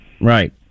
Right